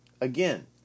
again